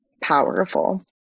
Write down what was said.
powerful